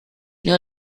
nur